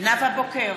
נאוה בוקר,